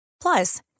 Plus